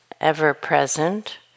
ever-present